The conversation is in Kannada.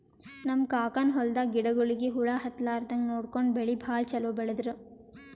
ನಮ್ ಕಾಕನ್ ಹೊಲದಾಗ ಗಿಡಗೋಳಿಗಿ ಹುಳ ಹತ್ತಲಾರದಂಗ್ ನೋಡ್ಕೊಂಡು ಬೆಳಿ ಭಾಳ್ ಛಲೋ ಬೆಳದ್ರು